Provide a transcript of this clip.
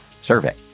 survey